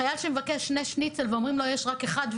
חייל שמבקש שני שניצלים ואומרים לו שיש רק אחד,